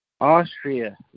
Austria